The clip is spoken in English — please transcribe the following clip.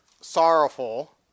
sorrowful